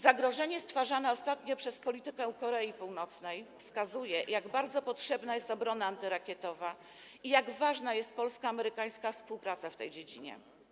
Zagrożenie stwarzane ostatnio przez politykę Korei Północnej wskazuje, jak bardzo potrzebna jest obrona antyrakietowa i jak ważna jest polsko-amerykańska współpraca w tej dziedzinie.